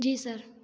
जी sir